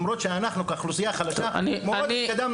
למרות שאנחנו, כאוכלוסייה חלשה, מאוד התקדמנו.